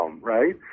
right